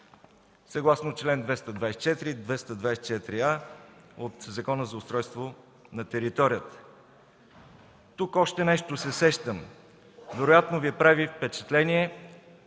съгласно чл. 224 и 224а от Закона за устройство на територията. Тук се сещам още нещо. Вероятно Ви прави впечатление,